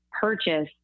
purchase